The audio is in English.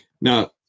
Now